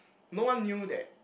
no one knew that